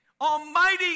Almighty